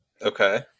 Okay